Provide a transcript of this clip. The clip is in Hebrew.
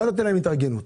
יבואו